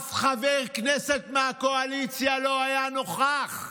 אף חבר כנסת מהקואליציה לא היה נוכח,